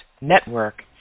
Network